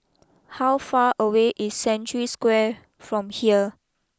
how far away is Century Square from here